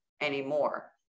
anymore